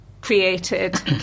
created